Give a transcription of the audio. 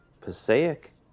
Passaic